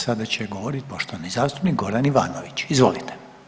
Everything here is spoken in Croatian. Sada će govoriti poštovani zastupnik Goran Ivanović, izvolite.